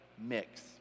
mix